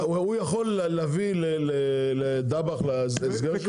הוא יכול להביא לדבאח להסגר שלו?